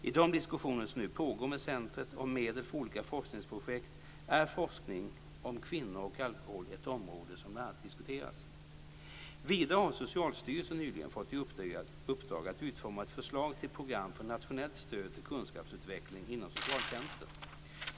I de diskussioner som nu pågår med centret om medel för olika forskningsprojekt är forskning om kvinnor och alkohol ett område som bl.a. diskuteras. Vidare har Socialstyrelsen nyligen fått i uppdrag att utforma ett förslag till program för nationellt stöd till kunskapsutveckling inom socialtjänsten.